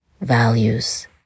values